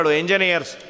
engineers